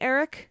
Eric